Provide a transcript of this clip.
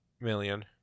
million